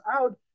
out